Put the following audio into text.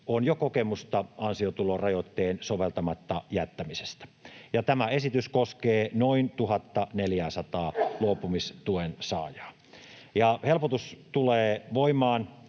on jo kokemusta ansiotulorajoitteen soveltamatta jättämisestä. Tämä esitys koskee noin 1 400:aa luopumistuen saajaa, ja helpotus tulee voimaan